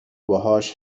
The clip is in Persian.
باهاش